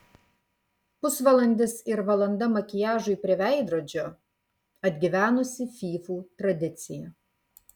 pusvalandis ir valanda makiažui prie veidrodžio atgyvenusi fyfų tradicija